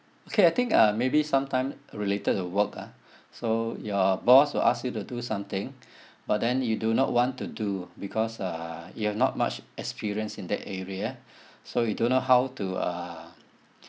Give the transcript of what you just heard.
okay I think uh maybe sometime related to work ah so your boss will ask you to do something but then you do not want to do because uh you have not much experience in that area so you don't know how to uh